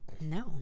No